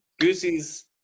Goosey's